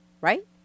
Right